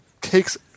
takes